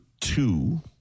two